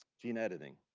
gene editing.